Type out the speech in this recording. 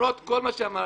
למרות כל מה שאמרתי,